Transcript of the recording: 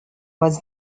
was